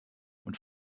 und